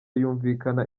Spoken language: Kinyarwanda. yumvikana